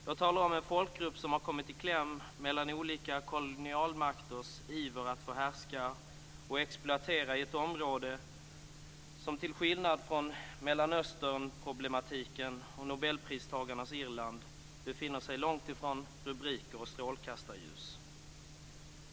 Jag talar om en folkgrupp som har kommit i kläm mellan olika kolonialmakters iver att få härska och exploatera i ett område som till skillnad från Mellanöstern och Nobelpristagarnas Irland befinner sig långt ifrån rubriker och strålkastarljus.